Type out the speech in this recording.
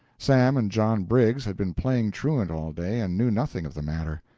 sam and john briggs had been playing truant all day and knew nothing of the matter.